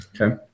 Okay